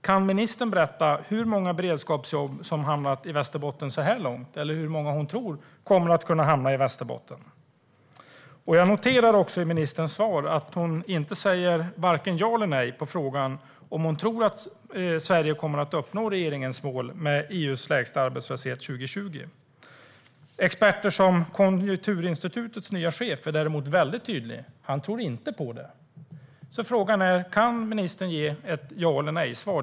Kan ministern berätta hur många beredskapsjobb som har hamnat i Västerbotten så här långt eller hur många hon tror kommer att kunna hamna i Västerbotten? Jag noterar också i ministerns svar att hon inte säger vare sig ja eller nej på frågan om hon tror att Sverige kommer att uppnå regeringens mål om EU:s lägsta arbetslöshet 2020. Experter som Konjunkturinstitutets nya chef är däremot väldigt tydliga. Han tror inte på det. Frågan är: Kan ministern ge ett ja eller nej-svar?